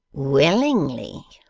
willingly,